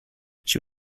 she